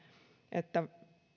että